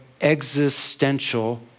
existential